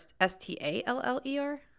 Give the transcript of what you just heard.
S-T-A-L-L-E-R